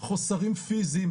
חוסרים פיסיים,